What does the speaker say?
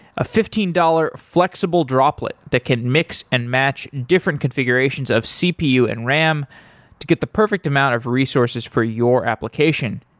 a fifteen dollars flexible droplet that can mix and match different configurations of cpu and ram to get the perfect amount of resources for your application.